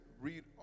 read